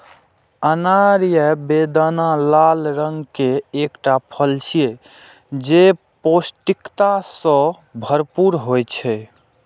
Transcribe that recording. अनार या बेदाना लाल रंग के एकटा फल छियै, जे पौष्टिकता सं भरपूर होइ छै